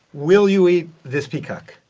will you eat this peacock?